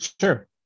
Sure